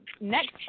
next